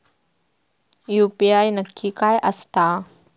UPI नक्की काय आसता?